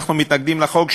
אנחנו מתנגדים לחוק.